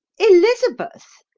elizabeth!